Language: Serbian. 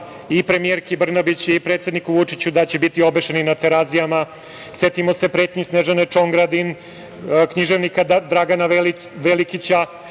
i premijerki Brnabić i predsedniku Vučiću da će biti obešeni na terazijama. Setimo se pretnji Snežane Čongradin, književnika Dragana Velikića,